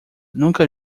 nunca